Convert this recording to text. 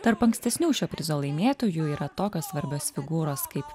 tarp ankstesnių šio prizo laimėtojų yra tokios svarbios figūros kaip